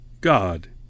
God